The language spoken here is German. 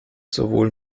sowohl